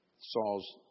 Saul's